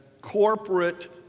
corporate